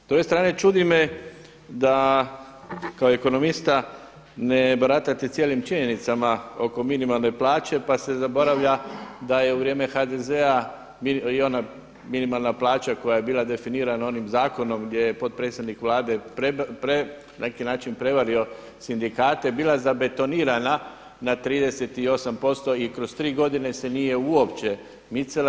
S druge strane čudi me da kao ekonomista ne baratate cijelim činjenicama oko minimalne plaće, pa se zaboravlja da je u vrijeme HDZ i ona minimalna plaća koja je bila definirana onim zakonom gdje je potpredsjednik Vlade na neki način prevario sindikate bila zabetonirana na 38% i kroz 3 godine se nije uopće micala.